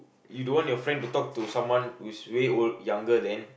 you don't want your friend to talk to someone who is way old~ younger than